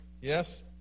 yes